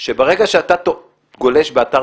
שברגע שאתה גולש באתר